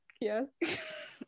yes